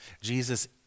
Jesus